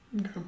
Okay